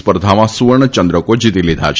સ્પર્ધામાં સુવર્ણ ચંદ્રકો જીતી લીધા છે